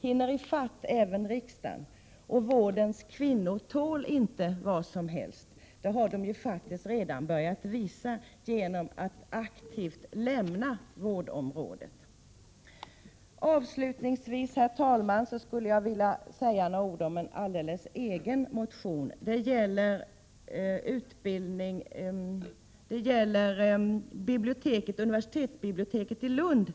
hinner i fatt även riksdagen, och vårdens kvinnor tål inte vad som helst. Det har de faktiskt redan börjat visa genom att aktivt lämna vårdområdet. Avslutningsvis, herr talman, skulle jag vilja säga några ord om en alldeles egen motion, som handlar om universitetsbiblioteket i Lund.